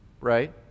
right